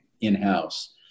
in-house